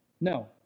No